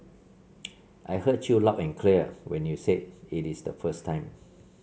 I heard you loud and clear when you said it is the first time